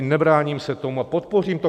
Nebráním se tomu a podpořím to.